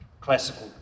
classical